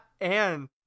and-